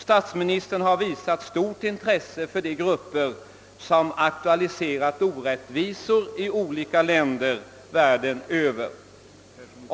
Statsministern har visat stort intresse för de grupper som aktualiserat orättvisor i olika länder världen över.